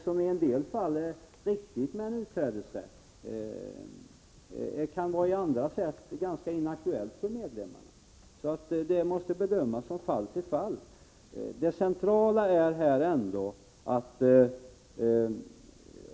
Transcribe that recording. Medan det i en del fall är riktigt med en utträdesrätt, kan en sådan i andra fall vara ganska inaktuell för medlemmarna. Detta måste bedömas från fall till fall.